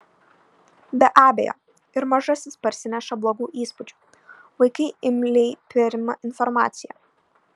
be abejo ir mažasis parsineša blogų įspūdžių vaikai imliai perima informaciją